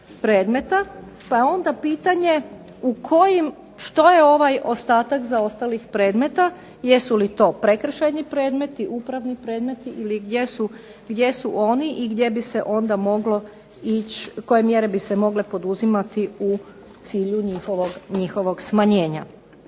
je onda pitanje u kojim, što je ovaj ostatak zaostalih predmeta, jesu li to prekršajni predmeti, upravni predmeti, ili gdje su oni i gdje bi se onda moglo ići, koje mjere bi se mogle poduzimati u cilju njihovog smanjenja.